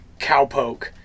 cowpoke